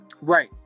Right